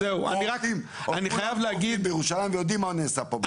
עובדים בירושלים ויודעים מה נעשה פה.